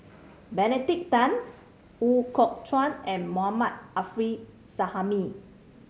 Benedict Tan Ooi Kok Chuen and Mohammad Arif Suhaimi